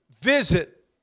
visit